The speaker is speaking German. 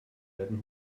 werden